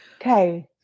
Okay